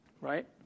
Right